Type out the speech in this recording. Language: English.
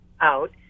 out